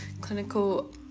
clinical